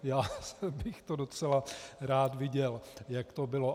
A já bych to docela rád viděl, jak to bylo.